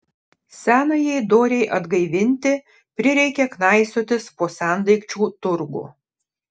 senajai dorei atgaivinti prireikė knaisiotis po sendaikčių turgų